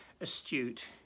astute